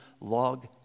log